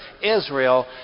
Israel